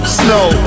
snow